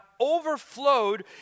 overflowed